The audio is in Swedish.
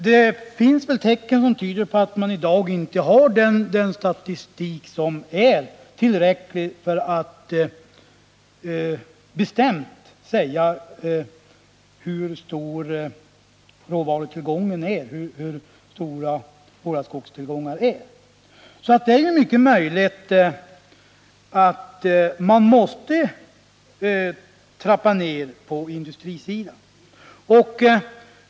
Det finns vissa tecken som tyder på att man i dag inte har tillräcklig statistik att bestämt kunna ange hur stora våra skogstillgångar är. Det är mycket fö möjligt att industrisidan måste trappas ner.